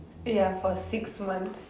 ya for six months